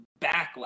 backlash